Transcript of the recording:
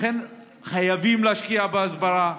לכן חייבים להשקיע בהסברה,